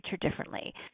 differently